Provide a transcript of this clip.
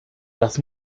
das